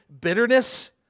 bitterness